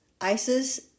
Isis